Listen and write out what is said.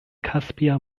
kaspia